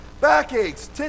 backaches